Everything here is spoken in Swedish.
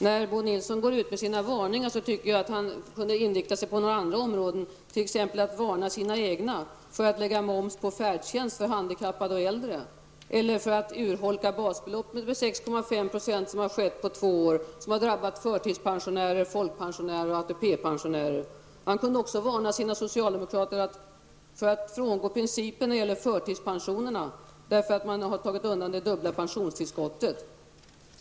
När Bo Nilsson går ut med sina varningar, tycker jag att han kunde inrikta sig på några andra områden, t.ex. att varna sina egna för att lägga moms på färdtjänst för handikappade och äldre eller för att urholka basbeloppet med 6,5 %, som har skett på två år. Detta har drabbat förtidspensionärer, folkpensionärer och ATP pensionärer. Han kunde också varna sina socialdemokratiska kolleger för att frångå principen för förtidspensionerna med anledning av att man har tagit undan det dubbla pensionstillskottet.